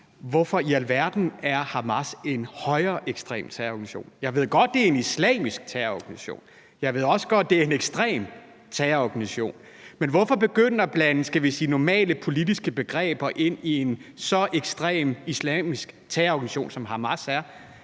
Hvorfor i alverden er Hamas en højreekstrem terrororganisation? Jeg ved godt, det er en islamisk terrororganisation. Jeg ved også godt, at det er en ekstrem terrororganisation, men hvorfor begynde at blande, skal vi sige normale politiske begreber ind i en så ekstrem islamisk terrororganisation, som Hamas er?